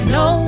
no